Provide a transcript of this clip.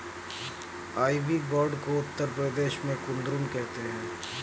ivy gourd को उत्तर प्रदेश में कुद्रुन कहते हैं